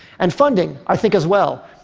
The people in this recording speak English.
and funding, i think as well,